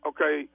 Okay